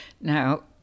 Now